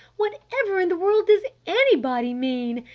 whatever in the world does anybody mean?